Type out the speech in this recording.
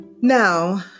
Now